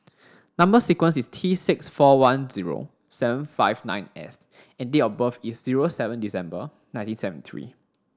number sequence is T six four one zero seven five nine S and date of birth is zero seven December nineteen seventy three